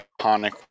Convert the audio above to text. iconic